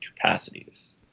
capacities